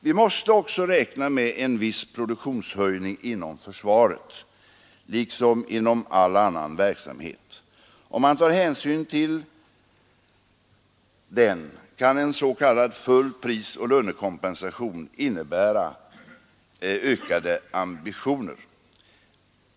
Vi måste vidare räkna med en viss produktivitetshöjning inom försvaret liksom inom all annan verksamhet. Om man tar hänsyn till den, kan en s.k. full prisoch lönekompensation innebära ökade ambitioner.